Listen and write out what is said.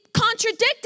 contradicted